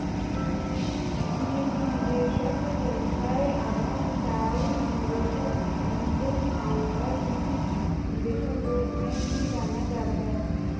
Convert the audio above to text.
निजी निवेशक व्यवसाय अनौपचारिक निवेशक एंजेल फंडर निजी निवेशक रूप में भी जाना जाता है